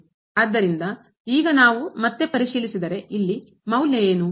ಆದ್ದರಿಂದ ಈಗ ನಾವು ಮತ್ತೆ ಪರಿಶೀಲಿಸಿದರೆ ಇಲ್ಲಿ ಮೌಲ್ಯ ಏನು